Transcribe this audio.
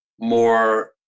more